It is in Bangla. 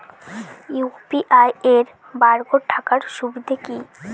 ইউ.পি.আই এর বারকোড থাকার সুবিধে কি?